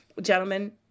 Gentlemen